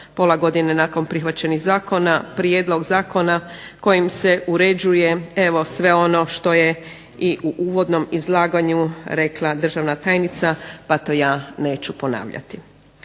pola godine nakon prihvaćenih zakona Prijedlog zakona kojim se uređuje evo sve ono što je i u uvodnom izlaganju rekla državna tajnica pa to ja neću ponavljati.